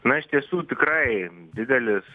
na iš tiesų tikrai didelis